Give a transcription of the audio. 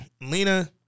Lena